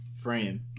frame